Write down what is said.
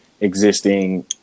existing